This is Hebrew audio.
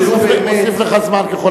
נוסיף לך זמן ככל,